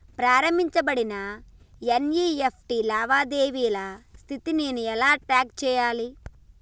ప్రారంభించబడిన ఎన్.ఇ.ఎఫ్.టి లావాదేవీల స్థితిని నేను ఎలా ట్రాక్ చేయాలి?